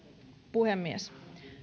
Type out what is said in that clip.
puhemies